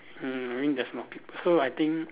mm maybe that's not people so I think